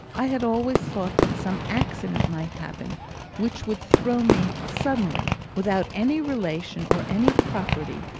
i had always thought that some accident might happen which would throw me suddenly, without any relation or any property,